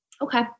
Okay